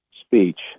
speech